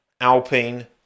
Alpine